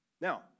Now